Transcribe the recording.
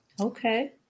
okay